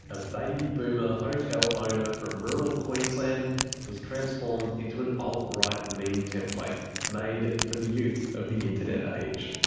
a baby boomer hotel owner from rural queensland was transformed into an alt-right meme template, made for the youth of the internet age.